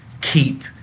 keep